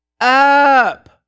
up